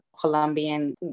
Colombian